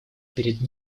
перед